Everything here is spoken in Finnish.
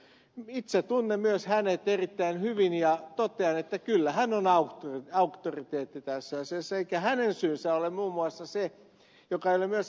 itse tunnen hänet myös erittäin hyvin ja totean että kyllä hän on auktoriteetti tässä asiassa eikä hänen syynsä ole muun muassa se joka ei ole myöskään ed